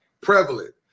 prevalent